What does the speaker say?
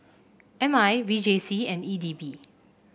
M I V J C and E D B